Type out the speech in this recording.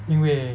因为